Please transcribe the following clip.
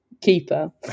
keeper